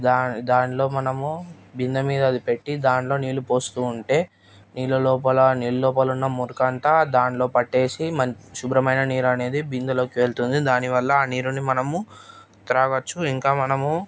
దాన్ దానిలో మనము బిందె మీద అది పెట్టి దానిలో నీళ్ళు పోస్తూ ఉంటే నీళ్ళ లోపల నీళ్ళ లోపల ఉన్న మురికి అంత దానిలో పట్టేసి మన్ శుభ్రమైన నీరు అనేది బిందెలోకి వెళ్తుంది దాని వల్ల ఆ నీరుని మనము త్రాగచ్చు ఇంకా మనము